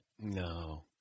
no